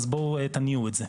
אז בואו תניעו את זה.